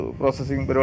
processing